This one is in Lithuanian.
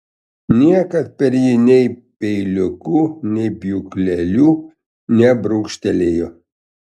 niekas per jį nei peiliuku nei pjūkleliu nebrūkštelėjo